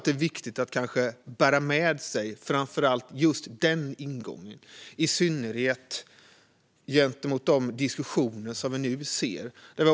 Det är viktigt att bära med sig just den ingången, i synnerhet utifrån de diskussioner som vi nu ser.